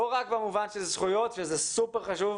לא רק במובן של זכויות, שזה סופר חשוב,